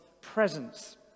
presence